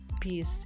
peace